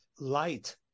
Light